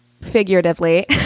figuratively